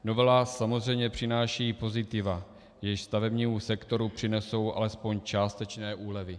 Novela samozřejmě přináší i pozitiva, jež stavebnímu sektoru přinesou alespoň částečné úlevy.